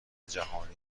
جهانی